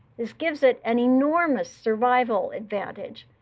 this gives it an enormous survival advantage.